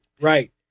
Right